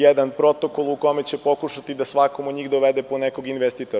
Jedan protokol u kome će pokušati da svakome od njih dovede po nekog investitora.